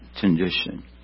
condition